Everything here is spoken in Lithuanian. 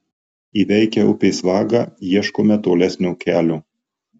įveikę upės vagą ieškome tolesnio kelio